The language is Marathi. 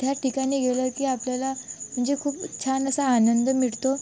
त्या ठिकाणी गेलं की आपल्याला म्हणजे खूप छान असा आनंद मिळतो